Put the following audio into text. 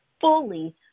fully